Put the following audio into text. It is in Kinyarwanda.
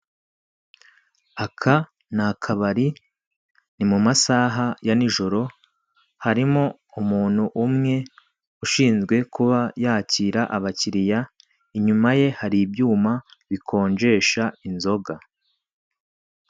Aka na kabari, ni mu masaha ya nijoro, harimo umuntu umwe ushinzwe kuba yakira abakiriya, inyuma ye hari ibyuma bikonjesha inzoga.